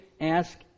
ask